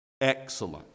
excellent